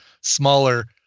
smaller